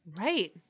Right